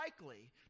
likely